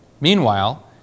Meanwhile